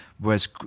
Whereas